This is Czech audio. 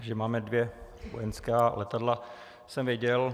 Že máme dvě vojenská letadla, jsem věděl.